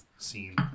scene